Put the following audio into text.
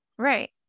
right